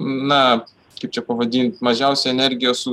na kaip čia pavadint mažiausiai energijos